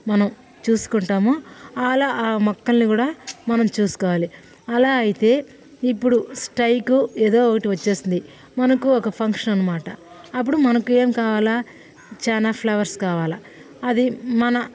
మనం చూసుకుంటామో అలా ఆ మొక్కలను కూడా మనం చూసుకోవాలి అలా అయితే ఇప్పుడు స్ట్రైక్ ఏదో ఒకటి వచ్చేసింది మనకు ఒక ఫంక్షన్ అనమాట అప్పుడు మనకు ఏం కావాలా చానా ఫ్లవర్స్ కావాలా అదే మన